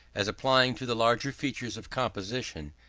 as applying to the larger features of composition,